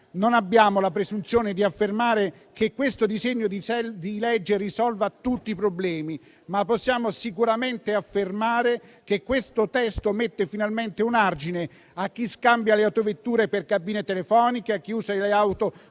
Non abbiamo la presunzione di affermare che questo disegno di legge risolva tutti i problemi, ma possiamo sicuramente affermare che questo testo mette finalmente un argine a chi scambia le autovetture per cabine telefoniche, a chi usa le auto